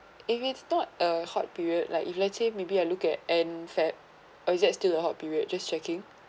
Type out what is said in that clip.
if it's not a hot period like if let's say maybe I look at end feb or is that still a hot period just checking